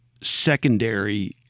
secondary